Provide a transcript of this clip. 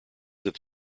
that